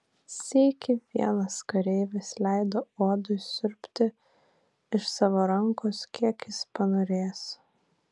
sykį vienas kareivis leido uodui siurbti iš savo rankos kiek jis panorės